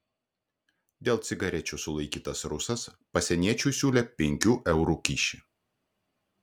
dėl cigarečių sulaikytas rusas pasieniečiui siūlė penkių eurų kyšį